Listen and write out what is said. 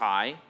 High